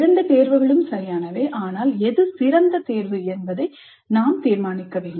இரண்டு தேர்வுகளும் சரியானவை ஆனால் எது சிறந்த தேர்வு என்பதை நீங்கள் தீர்மானிக்க வேண்டும்